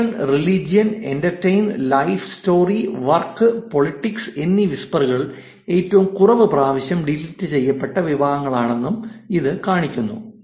emotion religion entertain life story work politics എന്നീ വിസ്പറുകൾ ഏറ്റവും കുറവ് പ്രാവശ്യം ഡിലീറ്റ് ചെയ്യപ്പെട്ട വിഭാഗങ്ങളാണെന്നും ഇത് കാണിക്കുന്നു